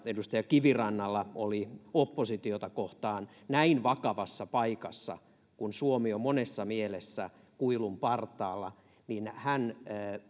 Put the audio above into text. edustaja kivirannalla oli oppositiota kohtaan näin vakavassa paikassa kun suomi on monessa mielessä kuilun partaalla niin hän